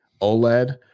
OLED